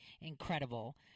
incredible